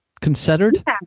considered